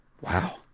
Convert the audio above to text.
Wow